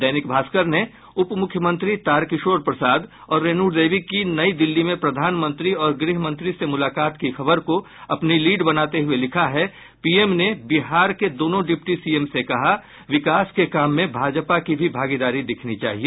दैनिक भास्कर ने उपमुख्यमंत्री तारकिशोर प्रसाद और रेणु देवी की नई दिल्ली में प्रधानमंत्री और गृह मंत्री से मुलाकात की खबर को अपनी लीड बनाते हुए लिखा है पीएम ने बिहार के दोनों डिप्टी सीएम से कहा विकास के काम में भाजपा की भी भागीदारी दिखनी चाहिए